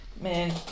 man